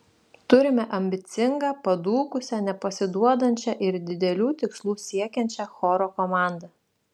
turime ambicingą padūkusią nepasiduodančią ir didelių tikslų siekiančią choro komandą